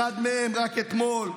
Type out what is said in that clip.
אחד מהם רק אתמול,